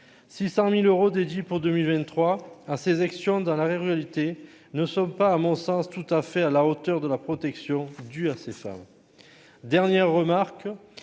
600000 euros déduit pour 2023 à ces actions dans la réalité, ne sommes pas à mon sens tout à fait à la hauteur de la protection due à ces femmes, dernière remarque